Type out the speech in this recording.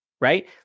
right